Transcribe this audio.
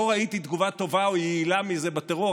לא ראיתי תגובה טובה או יעילה מזה לטרור,